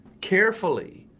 carefully